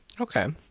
Okay